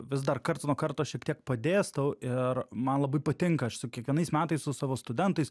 vis dar karts nuo karto šiek tiek padėstau ir man labai patinka aš su kiekvienais metais su savo studentais